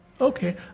Okay